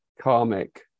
karmic